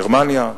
גרמניה,